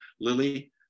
Lily